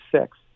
six